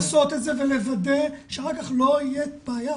צריך בחקיקה לעשות את זה ולוודא שאחר כך לא תהיה בעיה,